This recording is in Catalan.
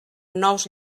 nous